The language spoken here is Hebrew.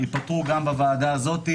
גם ייפתרו בוועדה הזאת,